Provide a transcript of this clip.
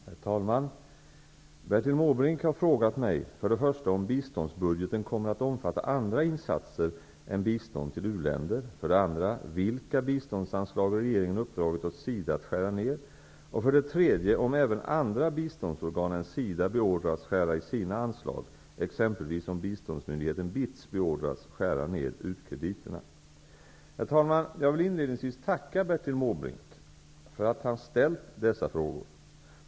Herr talman! Bertil Måbrink har frågat mig för det första om biståndsbudgeten kommer att omfatta andra insatser än bistånd till u-länder, för det andra vilka biståndsanslag regeringen uppdragit åt SIDA att skära ned och för det tredje om även andra biståndsorgan än SIDA beordrats skära i sina anslag, exempelvis om biståndsmyndigheten BITS beordrats skära ned u-krediterna. Herr talman! Jag vill inledningsvis tacka Bertil Måbrink för att han ställt dessa frågor.